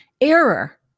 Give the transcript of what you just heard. error